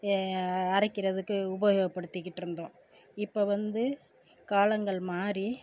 அரைக்கிறதுக்கு உபயோகப்படுத்திகிட்டு இருந்தோம் இப்போ வந்து காலங்கள் மாறி